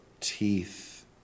teeth